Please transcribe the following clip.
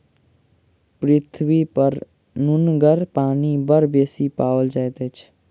पृथ्वीपर नुनगर पानि बड़ बेसी पाओल जाइत अछि